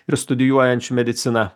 ir studijuojančių mediciną